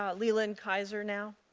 um leland kaiser now?